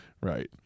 Right